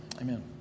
Amen